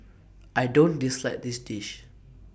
I don't dislike this dish